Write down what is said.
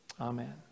Amen